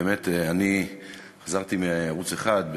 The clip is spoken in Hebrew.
באמת אני חזרתי מערוץ 1,